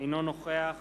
אינו נוכח